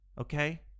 Okay